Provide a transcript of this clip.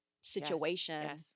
situation